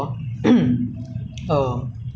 因为我是看了过有些 YouTuber 他们去